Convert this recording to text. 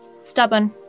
stubborn